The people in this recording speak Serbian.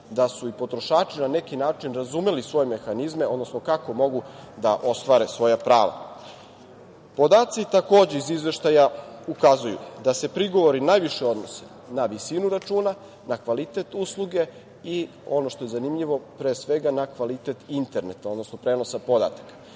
da su i potrošači na neki način razumeli svoje mehanizme, odnosno kako mogu da ostvare svoja prava. Podaci takođe iz izveštaja ukazuju da se prigovori najviše odnose na visinu računa, na kvalitet usluge i ono što je zanimljivo, pre svega, na kvalitet interneta, odnosno prenosa podataka. Kada